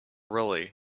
really